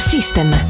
System